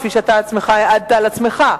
כפי שאתה עצמך העדת על עצמך,